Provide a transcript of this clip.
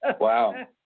Wow